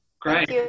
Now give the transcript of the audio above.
great